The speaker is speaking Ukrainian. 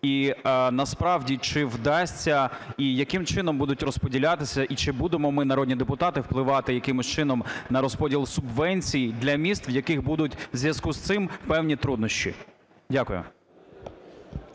і насправді, чи вдасться і яким чином будуть розподілятися і чи будемо ми, народні депутати впливати якимось чином на розподіл субвенцій для міст, в яких будуть у зв'язку з цим певні труднощі? Дякую.